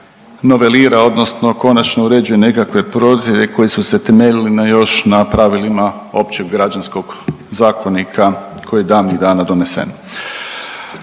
novelira odnosno konačno uređuje nekakve …/Govornik se ne razumije./… koji su se utemeljili na još na pravilima općeg građanskog zakonika koji je davnih dana donesen.